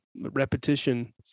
repetition